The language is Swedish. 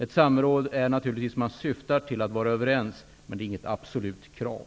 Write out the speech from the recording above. Ett samråd syftar naturligtvis till att man är överens, men det är inte ett absolut krav.